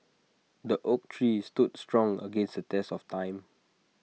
the oak tree stood strong against the test of time